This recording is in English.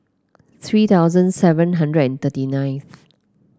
three thousand seven hundred and thirty nine